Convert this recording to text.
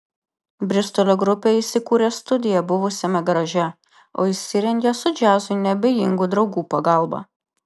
bristolio grupė įsikūrė studiją buvusiame garaže o įsirengė su džiazui neabejingų draugų pagalba